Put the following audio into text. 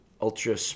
ultra